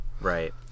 Right